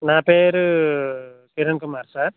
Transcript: నా పేరు కిరణ్ కుమార్ సార్